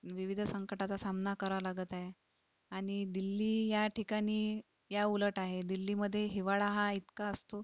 विविध संकटाचा सामना करावं लागत आहे आणि दिल्ली या ठिकाणी याउलट आहे दिल्लीमध्ये हिवाळा हा इतका असतो